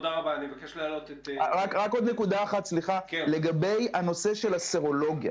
רק עוד נקודה אחת, לגבי הנושא של הסרולוגיה